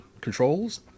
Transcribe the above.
controls